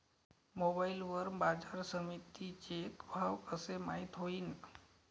Mobile वर बाजारसमिती चे भाव कशे माईत होईन?